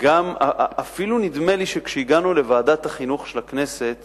אפילו נדמה לי שכשהגענו לוועדת החינוך של הכנסת